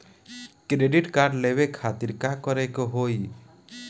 Credit card लेवे खातिर का करे के होई?